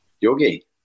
Yogi